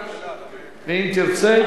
ואם תרצה,